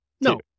No